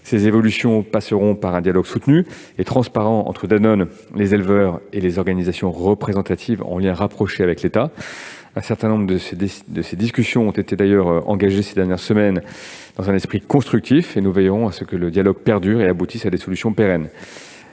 Ces évolutions passeront par un dialogue soutenu et transparent entre Danone, les éleveurs et les organisations représentatives, en lien étroit avec l'État. Certaines discussions ont été d'ailleurs engagées ces dernières semaines dans un esprit constructif. Nous veillerons à ce que le dialogue perdure et aboutisse à des solutions pérennes.